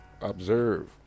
Observe